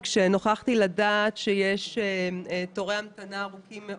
ונוכחתי לדעת שיש תורי המתנה ארוכים מאוד,